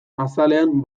azalean